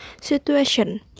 situation